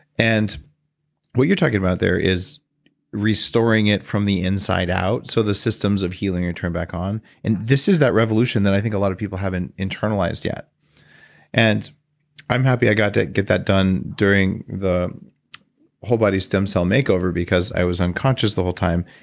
and what you're talking about there is restoring it from the inside out so the systems of healing are turned back on. and this is that revolution that i think a lot of people haven't internalized yet and i'm happy i got to get that done during the whole-body stem cell makeover because i was unconscious the whole time.